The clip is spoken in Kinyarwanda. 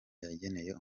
yageneye